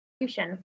execution